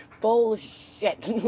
bullshit